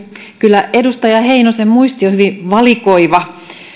kyllä edustaja heinosen muisti on hyvin valikoiva